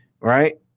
Right